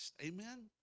amen